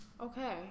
Okay